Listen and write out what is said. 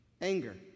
Anger